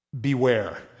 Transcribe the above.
beware